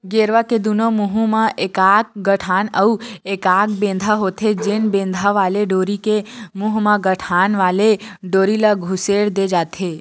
गेरवा के दूनों मुहूँ म एकाक गठान अउ एकाक बेंधा होथे, जेन बेंधा वाले डोरी के मुहूँ म गठान वाले डोरी ल खुसेर दे जाथे